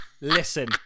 Listen